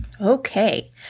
Okay